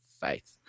faith